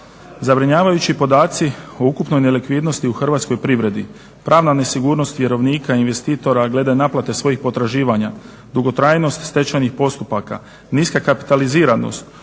Zabrinjavajući podaci o ukupnoj nelikvidnosti u hrvatskoj privredi, pravna nesigurnost vjerovnika i investitora glede naplate svojih potraživanja, dugotrajnost stečajnih postupaka, niska kapitaliziranost,